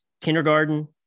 kindergarten